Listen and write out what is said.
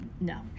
no